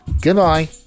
Goodbye